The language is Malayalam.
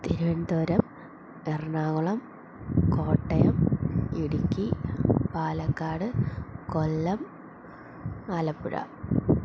തിരുവനന്തപുരം എറണാകുളം കോട്ടയം ഇടുക്കി പാലക്കാട് കൊല്ലം ആലപ്പുഴ